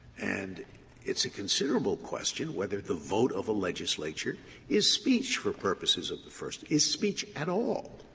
and it's a considerable question whether the vote of a legislature is speech for purposes of the first is speech at all,